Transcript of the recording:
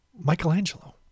Michelangelo